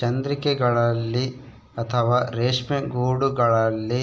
ಚಂದ್ರಿಕೆಗಳಲ್ಲಿ ಅಥವಾ ರೇಷ್ಮೆ ಗೂಡುಗಳಲ್ಲಿ